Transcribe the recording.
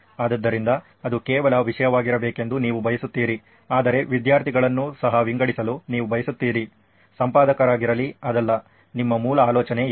ಆದ್ದರಿಂದ ಅದು ಕೇವಲ ವಿಷಯವಾಗಿರಬೇಕೆಂದು ನೀವು ಬಯಸುತ್ತೀರಿ ಆದರೆ ವಿದ್ಯಾರ್ಥಿಗಳನ್ನು ಸಹ ವಿಂಗಡಿಸಲು ನೀವು ಬಯಸುತ್ತೀರಿ ಸಂಪಾದಕರಾಗಿರಲಿ ಅದಲ್ಲ ನಿಮ್ಮ ಮೂಲ ಆಲೋಚನೆ ಯಾವುದು